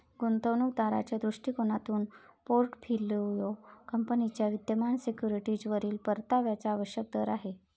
गुंतवणूक दाराच्या दृष्टिकोनातून पोर्टफोलिओ कंपनीच्या विद्यमान सिक्युरिटीजवरील परताव्याचा आवश्यक दर आहे